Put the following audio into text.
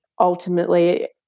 ultimately